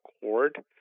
cord